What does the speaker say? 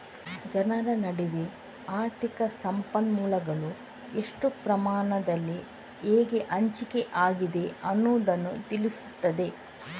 ಜನರ ನಡುವೆ ಆರ್ಥಿಕ ಸಂಪನ್ಮೂಲಗಳು ಎಷ್ಟು ಪ್ರಮಾಣದಲ್ಲಿ ಹೇಗೆ ಹಂಚಿಕೆ ಆಗಿದೆ ಅನ್ನುದನ್ನ ತಿಳಿಸ್ತದೆ